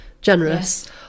generous